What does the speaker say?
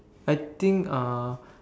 I think uh